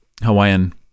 Hawaiian